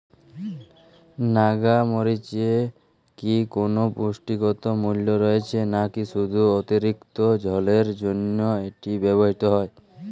নাগা মরিচে কি কোনো পুষ্টিগত মূল্য রয়েছে নাকি শুধু অতিরিক্ত ঝালের জন্য এটি ব্যবহৃত হয়?